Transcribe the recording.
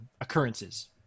occurrences